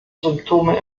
symptome